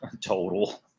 total